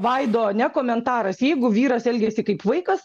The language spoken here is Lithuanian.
vaido ne komentaras jeigu vyras elgiasi kaip vaikas